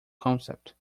concept